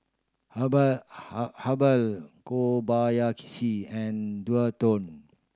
Habhal Habhal and Dualtron